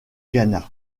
ghana